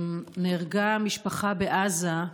נהרגה משפחה בעזה,